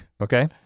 Okay